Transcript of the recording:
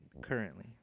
currently